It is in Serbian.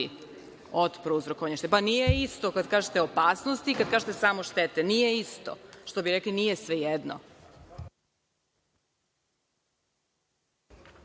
od prouzrokovanja štete“. Pa, nije isto kad kažete opasnosti i kad kažete samo štete. Nije isto. Što bi rekli, nije svejedno.